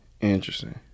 Interesting